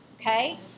okay